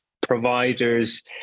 providers